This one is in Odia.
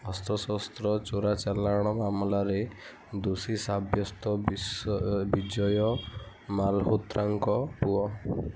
ଅସ୍ତ୍ରଶସ୍ତ୍ର ଚୋରାଚାଲାଣ ମାମଲାରେ ଦୋଷୀ ସାବ୍ୟସ୍ତ ବିଶ୍ୱ ବିଜୟ ମାଲହୋତ୍ରାଙ୍କ ପୁଅ